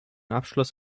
abschluss